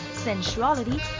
Sensuality